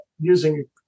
using